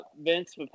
Vince